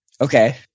Okay